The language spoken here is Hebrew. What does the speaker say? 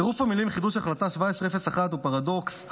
צירוף המילים "חידוש החלטה 1701" הוא פרדוקס,